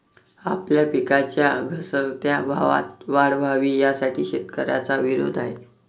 आपल्या पिकांच्या घसरत्या भावात वाढ व्हावी, यासाठी शेतकऱ्यांचा विरोध आहे